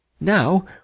Now